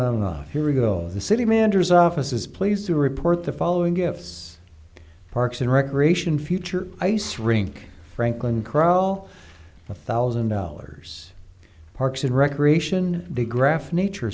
ego the city managers office is pleased to report the following gifts parks and recreation future ice rink franklin crawl one thousand dollars parks and recreation digraph nature